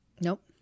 Nope